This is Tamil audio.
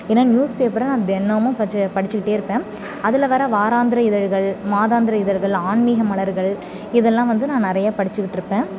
ஏனால் நியூஸ்பேப்பரை நான் தினமும் பச்ச படிச்சுக்கிட்டே இருப்பேன் அதில் வர்ற வாராந்திர இதழ்கள் மாதாந்திர இதழ்கள் ஆன்மீக மலர்கள் இதெல்லாம் வந்து நான் நிறையா படிச்சுக்கிட்டிருருப்பேன்